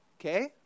okay